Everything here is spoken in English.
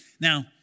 Now